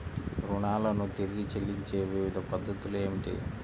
రుణాలను తిరిగి చెల్లించే వివిధ పద్ధతులు ఏమిటి?